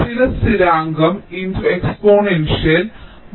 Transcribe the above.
ചില സ്ഥിരാങ്കം × exponential t R c